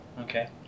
okay